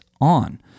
on